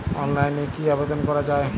অনলাইনে কি আবেদন করা য়ায়?